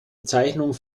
bezeichnung